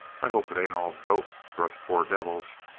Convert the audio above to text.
i hope it ain't all dope for us poor devils.